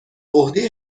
عهده